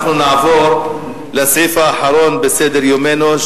נעבור לסעיף האחרון בסדר-יומנו,